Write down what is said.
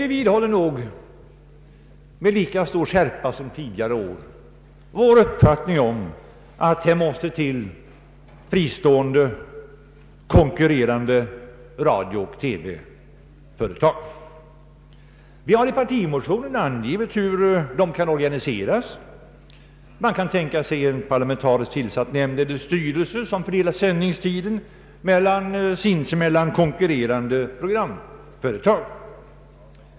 Vi vidhåller med lika stor skärpa som tidigare år vår uppfattning att här måste till fristående, konkurrerande radiooch TV-företag. Vi har i partimotionen angivit hur de kan organiseras. Man kan tänka sig en parlamentariskt tillsatt nämnd eller styrelse som fördelar sändningstiden mellan sinsemellan konkurrerande programföretag.